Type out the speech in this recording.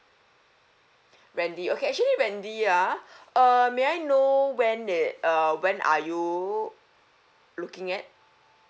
wendy okay actually wendy ah err may I know when did uh when are you looking at